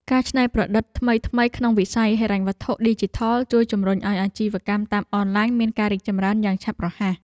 ការច្នៃប្រឌិតថ្មីៗក្នុងវិស័យហិរញ្ញវត្ថុឌីជីថលជួយជំរុញឱ្យអាជីវកម្មតាមអនឡាញមានការរីកចម្រើនយ៉ាងឆាប់រហ័ស។